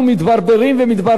איך אנחנו נותנים פתרון,